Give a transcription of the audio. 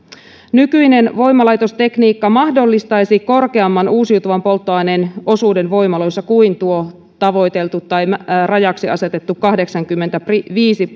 nykyinen voimalaitostekniikka mahdollistaisi korkeamman uusiutuvan polttoaineen osuuden voimaloissa kuin tuo tavoiteltu tai rajaksi asetettu kahdeksankymmentäviisi